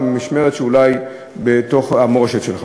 במשמרת שאולי בתוך המורשת שלך,